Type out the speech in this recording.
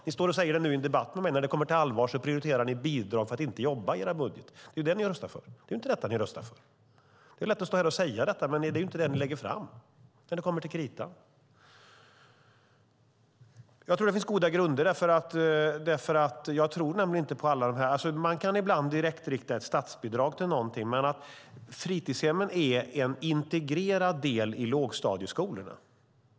Ni står och säger det nu i en debatt med mig, men när det blir allvar prioriterar ni bidrag för att inte jobba i era budgetar. Det är det ni röstar för, inte statsbidrag till fritidshem. Det är lätt att stå här och säga detta, men det är inte det ni lägger fram när det kommer till kritan. Man kan ibland direktrikta ett statsbidrag, men fritidshemmen är en integrerad del i lågstadieskolorna.